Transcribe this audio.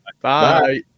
Bye